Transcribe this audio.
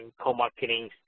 co-marketing